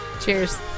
Cheers